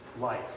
life